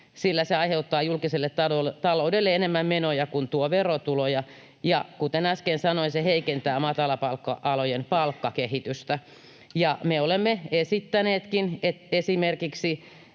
sillä se aiheuttaa julkiselle taloudelle enemmän menoja kuin tuo verotuloja. Ja kuten äsken sanoin, se heikentää matalapalkka-alojen palkkakehitystä. Me olemme esittäneetkin esimerkiksi,